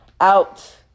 out